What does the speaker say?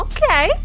Okay